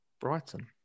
Brighton